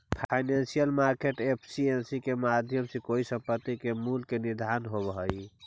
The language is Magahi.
फाइनेंशियल मार्केट एफिशिएंसी के माध्यम से कोई संपत्ति के मूल्य के निर्धारण होवऽ हइ